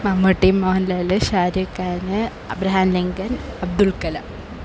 Mammootty Mohanlal Shahrukh Khan Abraham Lincoln Abdul Kalam